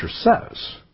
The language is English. says